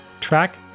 Track